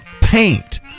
paint